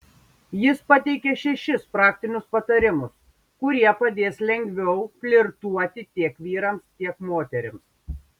jis pateikia šešis praktinius patarimus kurie padės lengviau flirtuoti tiek vyrams tiek moterims